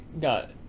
got